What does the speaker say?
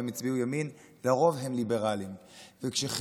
בין שהם הצביעו ימין,